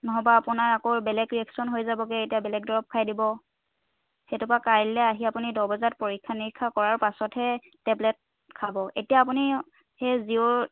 নহ'বা আপোনাৰ আকৌ বেলেগ ৰিয়েকচন হৈ যাবগৈ এতিয়া বেলেগ দৰব খাই দিব সেইটোপা কাইলৈ আহি আপুনি দহ বজাত পৰীক্ষা নিৰীক্ষা কৰাৰ পাছতহে টেবলেট খাব এতিয়া আপুনি সেই জিঅ'